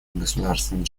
государствами